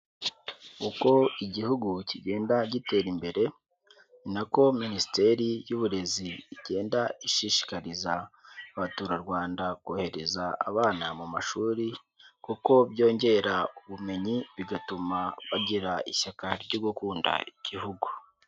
Uko igihugu kigenda gitera imbere, ni nako Minisiteri y'Uburezi igenda ishishikariza abaturarwanda kohereza abana mu mashuri kuko byongera ubumenyi bigatuma bagira ishyaka ryo gukunda igihugu.